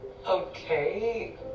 Okay